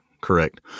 Correct